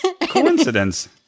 Coincidence